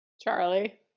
Charlie